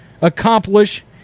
accomplish